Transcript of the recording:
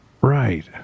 Right